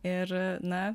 ir na